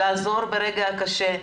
לעזור ברגע קשה.